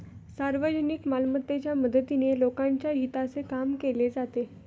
सार्वजनिक मालमत्तेच्या मदतीने लोकांच्या हिताचे काम केले जाते